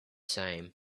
same